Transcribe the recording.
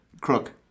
Crook